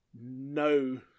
No